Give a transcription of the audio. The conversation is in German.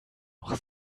noch